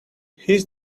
his